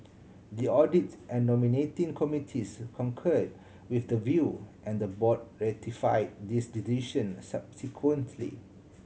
the audits and nominating committees concur with the view and the board ratify this decision subsequently